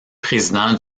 présidents